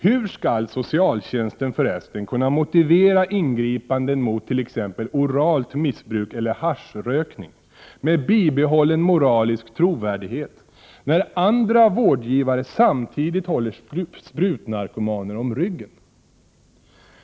Hur skall socialtjänsten förresten kunna motivera ingripanden mot t.ex. oralt missbruk eller haschrökning med bibehållen moralisk trovärdighet, när andra vårdgivare samtidigt håller sprutnarkomaner om ryggen?